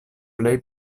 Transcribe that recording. plej